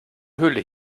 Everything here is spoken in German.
höhle